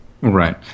Right